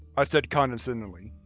i said condescendingly,